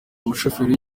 umushoferi